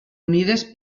unides